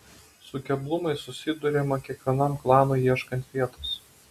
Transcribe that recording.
su keblumais susiduriama kiekvienam klanui ieškant vietos